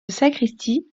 sacristie